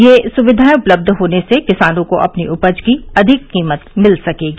ये सुक्धिाएं उपलब्ध होने से किसानों को अपनी उपज की अधिक कीमत मिल सकेगी